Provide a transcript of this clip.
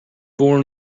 born